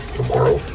tomorrow